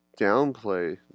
downplay